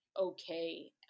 okay